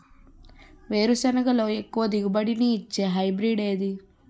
వేరుసెనగ లో ఎక్కువ దిగుబడి నీ ఇచ్చే హైబ్రిడ్ ఏది?